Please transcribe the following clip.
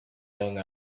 young